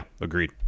agreed